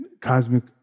cosmic